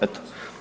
Eto.